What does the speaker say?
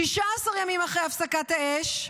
16 ימים אחרי הפסקת האש,